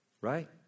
right